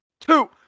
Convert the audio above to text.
Two